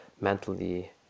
mentally